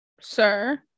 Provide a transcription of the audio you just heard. sir